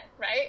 right